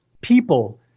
people